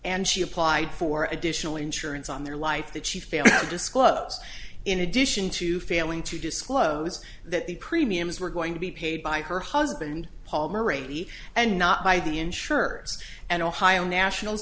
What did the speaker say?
and she applied for additional insurance on their life that she failed to disclose in addition to failing to disclose that the premiums were going to be paid by her husband paul murray and not by the insurers and ohio national